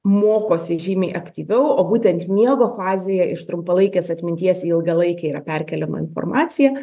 mokosi žymiai aktyviau o būtent miego fazėje iš trumpalaikės atminties į ilgalaikę yra perkeliama informacija